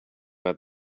had